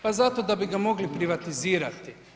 Pa zato da bi ga mogli privatizirati.